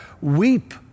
weep